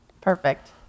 Perfect